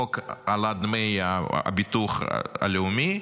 של חוק העלאת דמי הביטוח הלאומי.